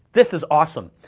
this is awesome.